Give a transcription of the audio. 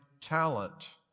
talent